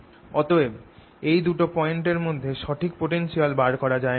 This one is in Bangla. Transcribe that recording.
অতএব এই দুটো পয়েন্ট এর মধ্যে সঠিক পোটেনশিয়াল বার করা যায় না